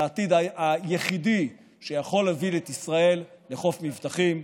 זה העתיד היחיד שיכול להוביל את ישראל לחוף מבטחים.